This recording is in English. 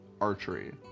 archery